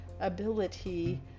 ability